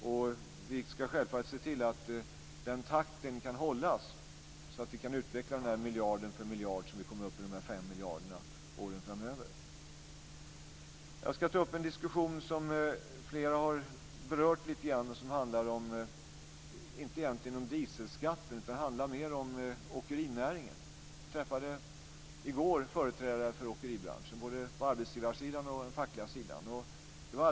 Vi ska självfallet se till att takten kan hållas och att vi kan utveckla den miljard för miljard så att vi kommer upp i de 5 miljarderna åren framöver. Jag ska ta upp en diskusson som flera har berört lite grann. Den handlar egentligen inte om dieselskatten utan mer om åkerinäringen. Jag träffade i går företrädare för åkeribranschen på både arbetsgivarsidan och den fackliga sidan.